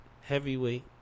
heavyweight